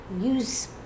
use